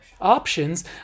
options